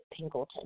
Pingleton